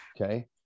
okay